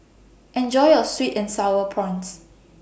Enjoy your Sweet and Sour Prawns